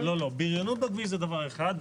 זה דבר אחד,